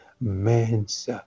man's